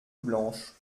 blanche